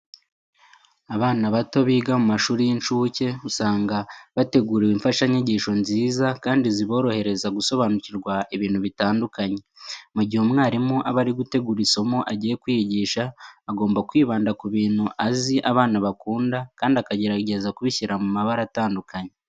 Abana bato biga mu mashuri y'incuke usanga bategurirwa imfashanyigisho nziza kandi ziborohereza gusobanukirwa ibintu bitandukanye. Mu gihe umwarimu aba ari gutegura isomo agiye kwigisha agomba kwibanda ku bintu azi abana bakunda kandi akagerageza ku bishyira mu mabara atandukanye.